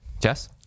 Jess